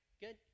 Good